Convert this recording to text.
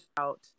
out